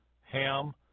Ham